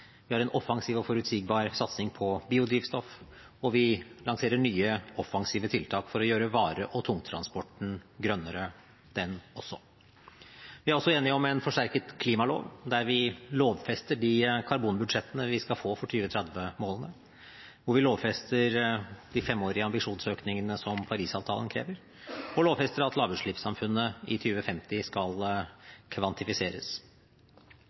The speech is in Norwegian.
Vi har en offensiv og forutsigbar satsing på biodrivstoff, og vi lanserer nye, offensive tiltak for å gjøre også vare- og tungtransporten grønnere. Vi er også enige om en forsterket klimalov, der vi lovfester de karbonbudsjettene vi skal få for 2030-målene, hvor vi lovfester de femårige ambisjonsøkningene som Paris-avtalen krever, og lovfester at lavutslippssamfunnet i 2050 skal kvantifiseres.